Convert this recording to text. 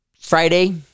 Friday